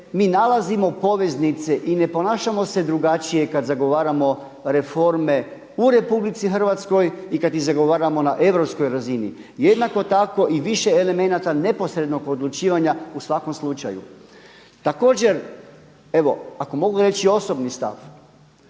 mi nalazimo poveznice i ne ponašamo se drugačije kada zagovaramo reforme u RH i kada ih zagovaramo na europskoj razini. Jednako tako i više elemenata neposrednog odlučivanja u svakom slučaju. Također, evo, ako mogu reći osobni stav